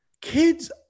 Kids